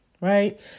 right